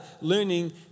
learning